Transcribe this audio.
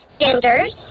genders